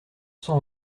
cent